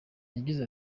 yagize